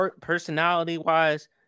personality-wise